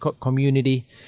community